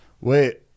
Wait